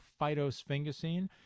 phytosphingosine